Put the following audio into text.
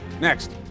Next